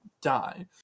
die